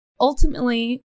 ultimately